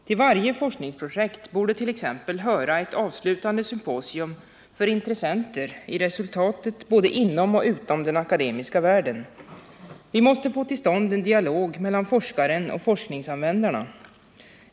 Till varje forskningsprojekt borde t.ex. höra ett anslutande symposium för ”intressenter” i resultatet både inom och utom den akademiska världen. Vi måste få till stånd en dialog mellan forskaren och forskningsanvändarna.